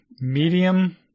Medium